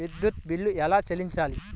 విద్యుత్ బిల్ ఎలా చెల్లించాలి?